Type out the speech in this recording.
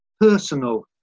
personal